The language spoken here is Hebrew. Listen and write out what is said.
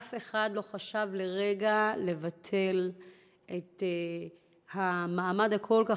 אף אחד לא חשב לרגע לבטל את המעמד הכל-כך